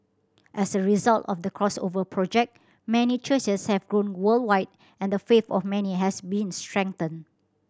as a result of the Crossover Project many churches have grown worldwide and the faith of many has been strengthened